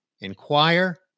inquire